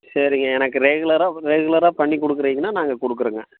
சரிங்க எனக்கு ரெகுலராக ரெகுலராக பண்ணி கொடுக்குறீங்ன்னா நாங்கள் கொடுக்குறோங்க